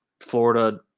Florida